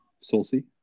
Saucy